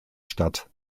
statt